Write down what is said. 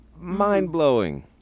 mind-blowing